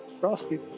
frosty